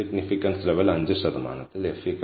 significance level 5 ശതമാനത്തിൽ F 4